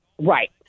Right